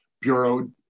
Bureau